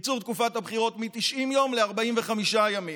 מ-90 יום ל-45 ימים.